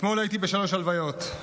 אתמול הייתי בשלוש הלוויות.